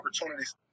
opportunities